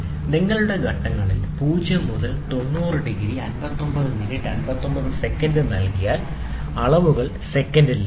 നിങ്ങളുടെ ഘട്ടങ്ങളിൽ 0 മുതൽ 90 ഡിഗ്രി 59 മിനിറ്റ് 59 സെക്കൻഡ് നൽകിയാൽ അളവുകൾ സെക്കൻഡിൽ ലഭിക്കും